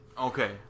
Okay